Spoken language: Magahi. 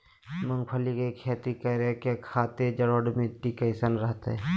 मूंगफली के खेती करें के खातिर जलोढ़ मिट्टी कईसन रहतय?